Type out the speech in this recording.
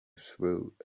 through